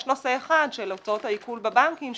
יש נושא אחד של הוצאות העיקול בבנקים,